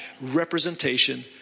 representation